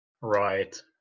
Right